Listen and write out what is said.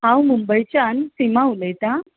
हांव मुंबयच्यान सीमा उलयतां